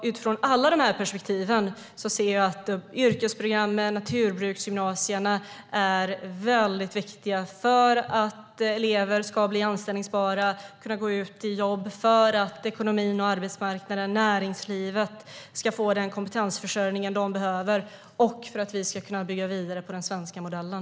Utifrån alla dessa perspektiv ser jag att yrkesprogrammen med bland annat naturbruksgymnasierna är viktiga för att elever ska bli anställbara och kunna gå ut i jobb, för att arbetsmarknaden och näringslivet ska få den kompetensförsörjning de behöver och för att vi ska kunna bygga vidare på den svenska modellen.